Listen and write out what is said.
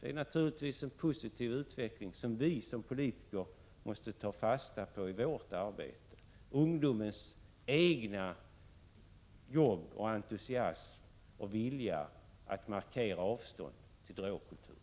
Det är naturligtvis en positiv utveckling, som vi som politiker måste ta fasta på i vårt arbete — ungdomens eget arbete och egna insatser samt vilja att markera avstånd till drogkulturen.